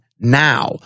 now